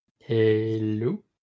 hello